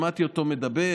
שמעתי אותו מדבר,